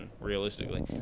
realistically